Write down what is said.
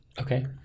Okay